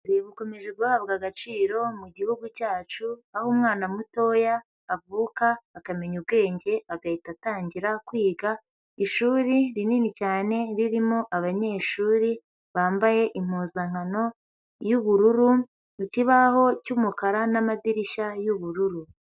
Bukomeje guhabwa agaciro mu mugihugu cyacu, aho umwana mutoya avuka akamenya ubwenge agahita atangira kwiga, ishuri rinini cyane ririmo abanyeshuri bambaye impuzankano y'ubururu, ikibaho cy'umukara n'amadirishya y'ubururu.